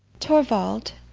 torvald!